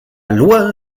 loi